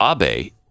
abe